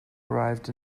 arrived